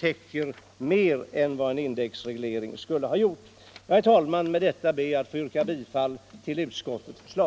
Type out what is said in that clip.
täcker mer än vad en indexreglering skulle ha gjort. Herr talman! Med detta ber jag att få yrka bifall till utskottets hemställan.